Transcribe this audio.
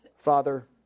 Father